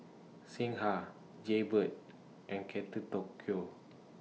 Singha Jaybird and Kate Tokyo